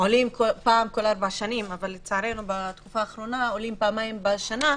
עולים כל ארבע שנים אבל לצערנו בתקופה האחרונה עולים פעמיים בשנה.